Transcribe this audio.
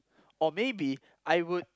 or maybe I would